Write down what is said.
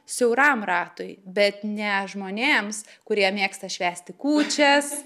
siauram ratui bet ne žmonėms kurie mėgsta švęsti kūčias